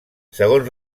segons